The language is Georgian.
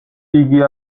იგი